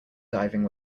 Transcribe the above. diving